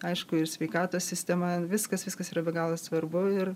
aišku ir sveikatos sistema viskas viskas yra be galo svarbu ir